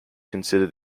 consider